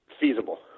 feasible